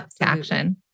action